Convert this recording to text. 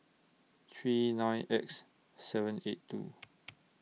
three nine X seven eight two